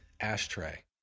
ashtray